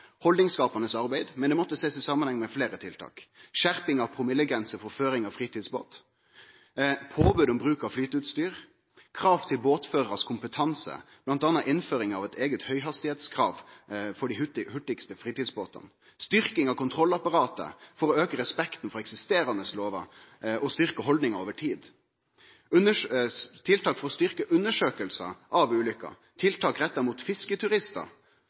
Haldningsskapande arbeid – men det måtte ein sjå i samanheng med fleire tiltak – skjerping av promillegrensa for føring av fritidsbåt, påbod om bruk av flyteutstyr og krav til båtførarars kompetanse, bl.a. innføring av eit eige høghastigheitskrav for dei hurtigaste fritidsbåtane. Vidare foreslo ein ei styrking av kontrollapparatet for å auke respekten for eksisterande lover og styrke haldningar over tid, tiltak for å styrke undersøkingar av ulykker og tiltak retta mot fisketuristar